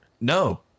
No